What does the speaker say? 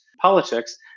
politics